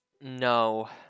No